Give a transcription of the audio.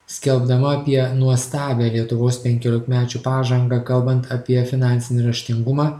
skelbdama apie nuostabią lietuvos penkiolikmečių pažangą kalbant apie finansinį raštingumą